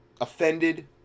offended